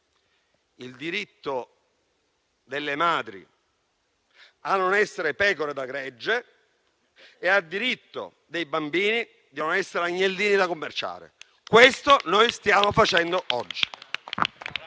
il diritto delle madri a non essere pecore da gregge e il diritto dei bambini di non essere agnellini da commerciare. Questo noi stiamo facendo oggi.